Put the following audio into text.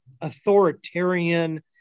authoritarian